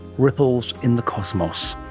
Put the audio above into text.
ripples in the cosmos.